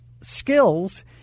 skills